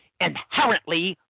inherently